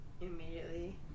immediately